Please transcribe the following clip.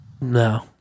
no